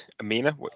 Amina